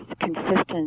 consistent